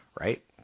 right